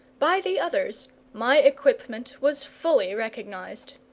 by the others my equipment was fully recognized.